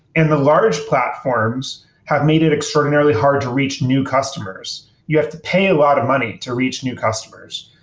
and the large platforms have made it extraordinarily hard to reach new customers. you have to pay a lot of money to reach new customers.